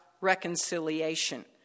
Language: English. reconciliation